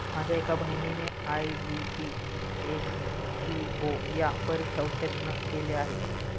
माझ्या एका बहिणीने आय.बी.पी, एस.पी.ओ या परीक्षा उत्तीर्ण केल्या आहेत